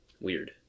Weird